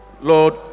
Lord